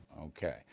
Okay